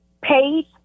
page